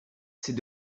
c’est